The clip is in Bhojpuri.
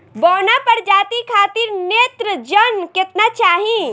बौना प्रजाति खातिर नेत्रजन केतना चाही?